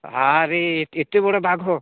ଆରେ ଏତେ ବଡ଼ ବାଘ